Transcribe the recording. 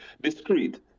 discreet